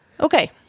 okay